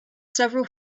several